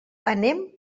anem